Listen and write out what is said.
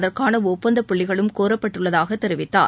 அதற்கான ஒப்பந்தப் புள்ளிகளும் கோரப்பட்டுள்ளதாகத் தெரிவித்தார்